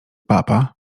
papa